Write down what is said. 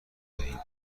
دهیم